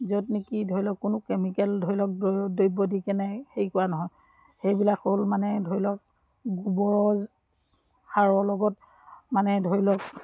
য'ত নেকি ধৰি লওক কোনো কেমিকেল ধৰি লওক দ্ৰব্য দি কেনে হেৰি কৰা নহয় সেইবিলাক হ'ল মানে ধৰি লওক গোবৰৰ সাৰৰ লগত মানে ধৰি লওক